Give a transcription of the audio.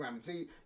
see